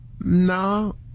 no